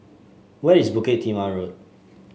where is Bukit Timah Road